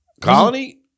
Colony